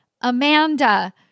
Amanda